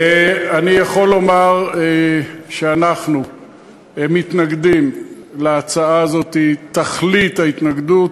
אני יכול לומר שאנחנו מתנגדים להצעה הזאת בתכלית ההתנגדות.